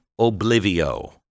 Oblivio